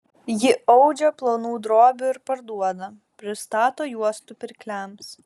ji audžia plonų drobių ir parduoda pristato juostų pirkliams